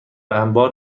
انبار